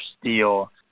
steel